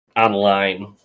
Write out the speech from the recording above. online